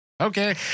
Okay